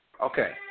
Okay